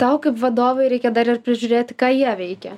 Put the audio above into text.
tau kaip vadovui reikia dar ir prižiūrėti ką jie veikia